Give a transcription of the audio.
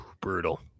brutal